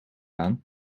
aan